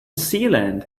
sealant